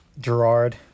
Gerard